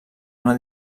una